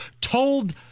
told